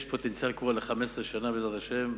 יש פוטנציאל קבורה ל-15 שנה, בעזרת השם.